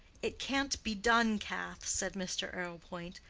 it can't be done, cath, said mr. arrowpoint,